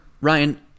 Ryan